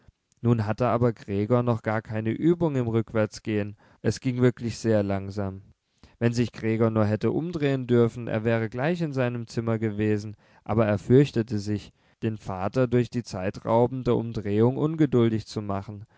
nun hatte aber gregor noch gar keine übung im rückwärtsgehen es ging wirklich sehr langsam wenn sich gregor nur hätte umdrehen dürfen er wäre gleich in seinem zimmer gewesen aber er fürchtete sich den vater durch die zeitraubende umdrehung ungeduldig zu machen